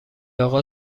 اقا